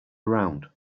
around